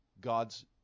God's